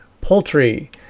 poultry